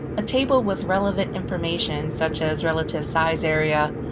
a table with relevant information, such as relative size, area,